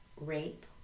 rape